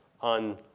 on